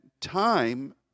time